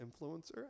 influencer